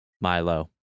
Milo